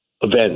events